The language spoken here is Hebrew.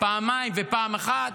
פעמיים ופעם אחת,